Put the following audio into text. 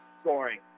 scoring